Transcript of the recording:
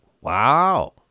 Wow